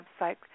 website